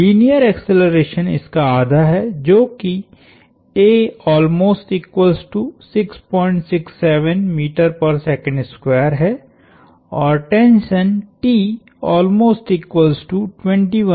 linear acceleration इसका आधा हैजो की है और टेंशनहै